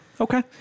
Okay